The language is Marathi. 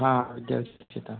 हा त्याच इच्छिता